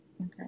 Okay